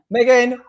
Megan